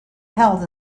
held